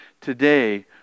today